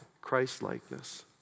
Christ-likeness